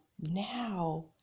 now